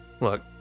look